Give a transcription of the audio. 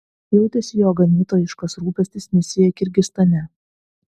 jautėsi jo ganytojiškas rūpestis misija kirgizstane